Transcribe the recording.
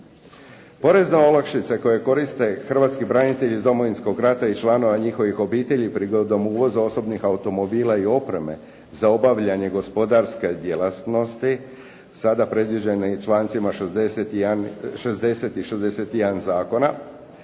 Porezne olakšice koje koriste hrvatski branitelji iz Domovinskog rata i članova njihovih obitelji prigodom uvoza osobnih automobila i opreme za obavljanje gospodarske djelatnosti, sad predviđene i člancima 60. i 61. Zakona